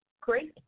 Great